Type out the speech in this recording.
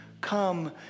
come